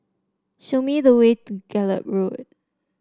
show me the way to Gallop Road